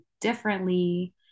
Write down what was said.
differently